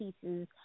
pieces